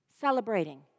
celebrating